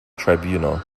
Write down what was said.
tribunal